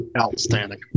Outstanding